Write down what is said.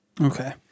Okay